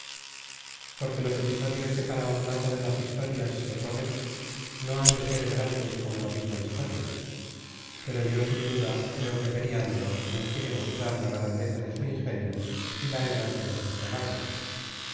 porque los episodios que para ornato de las historias se ponen no han de ser tan grandes como la misma historia pero yo sin duda creo que periandro nos quiere mostrar la grandeza de su ingenio y la elegancia de sus palabras